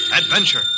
adventure